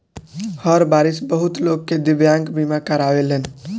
हर बारिस बहुत लोग दिव्यांग बीमा करावेलन